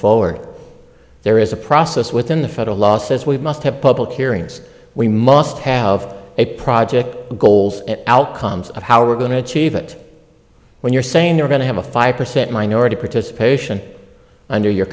forward there is a process within the federal law says we must have public hearings we must have a project goals outcomes of how we're going to achieve it when you're saying you're going to have a five percent minority participation under your